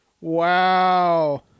Wow